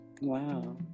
Wow